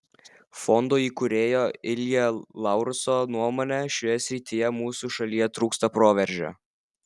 fondo įkūrėjo ilja laurso nuomone šioje srityje mūsų šalyje trūksta proveržio